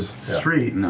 street.